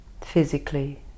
physically